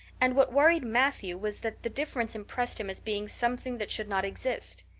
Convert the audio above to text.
and what worried matthew was that the difference impressed him as being something that should not exist.